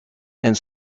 and